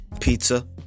pizza